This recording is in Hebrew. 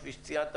כפי שציינת,